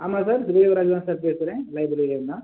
ஆமாம் சார் ராஜ் தான் சார் பேசறேன் லைப்ரேரியன் தான்